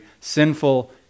sinful